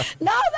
No